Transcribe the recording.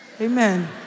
amen